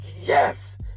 yes